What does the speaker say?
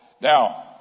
Now